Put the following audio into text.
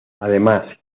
además